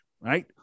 right